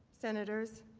senators,